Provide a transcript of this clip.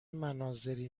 مناظری